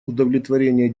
удовлетворения